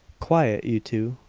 quiet, you two.